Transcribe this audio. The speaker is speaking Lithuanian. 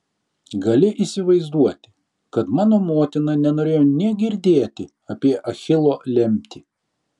gali įsivaizduoti kad mano motina nenorėjo nė girdėti apie achilo lemtį